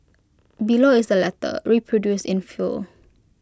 below is the letter reproduced in full